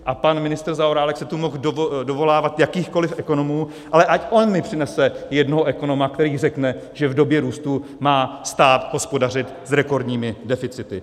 A pan ministr Zaorálek se tu mohl dovolávat jakýchkoli ekonomů, ale ať on mi přinese jednoho ekonoma, který řekne, že v době růstu má stát hospodařit s rekordními deficity.